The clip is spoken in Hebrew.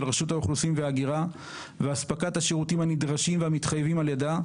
רשות האוכלוסין וההגירה והספקת השירותים הנדרשים והמתחייבים על ידה,